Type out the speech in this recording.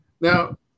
Now